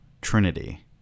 Trinity